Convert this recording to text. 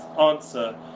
answer